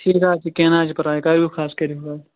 ٹھیٖک حظ چھُ کیٚنٛہہ نہَ حظ چھُ پرواے کٔرۍہوٗکھ حظ کٔرۍہوٗکھ حظ